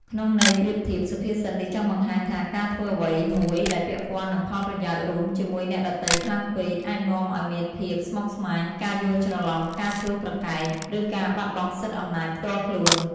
ក្នុងន័យប្រៀបធៀប សុភាសិតនេះចង់បង្ហាញថា ការធ្វើអ្វីមួយដែលពាក់ព័ន្ធនឹងផលប្រយោជន៍រួមជាមួយអ្នកដទៃខ្លាំងពេក អាចនាំឲ្យមានភាពស្មុគស្មាញ ការយល់ច្រឡំ ការឈ្លោះប្រកែក ឬការបាត់បង់សិទ្ធិអំណាចផ្ទាល់ខ្លួន។